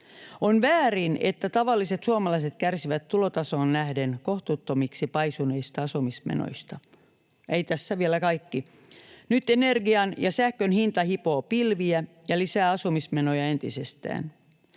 On väärin, että tavalliset suomalaiset kärsivät tulotasoon nähden kohtuuttomiksi paisuneista asumismenoista. Eikä tässä vielä kaikki. Nyt energian ja sähkön hinta hipoo pilviä ja lisää asumismenoja entisestään.